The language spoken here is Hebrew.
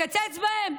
לקצץ בהן?